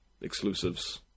exclusives